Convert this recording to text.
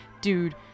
dude